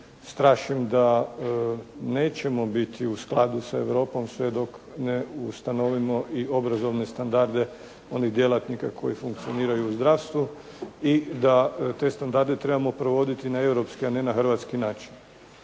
strašim da nećemo biti u skladu sa Europom sve dok ne ustanovimo i obrazovne standarde onih djelatnika koji funkcioniraju u zdravstvu i da te standarde trebamo provoditi na europski a ne na hrvatski način.